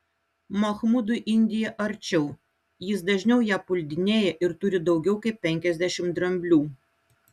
mahmudui indija arčiau jis dažniau ją puldinėja ir turi daugiau kaip penkiasdešimt dramblių